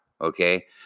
Okay